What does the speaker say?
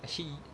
actually